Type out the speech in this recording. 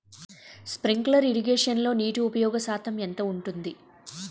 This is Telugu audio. స్ప్రింక్లర్ ఇరగేషన్లో నీటి ఉపయోగ శాతం ఎంత ఉంటుంది?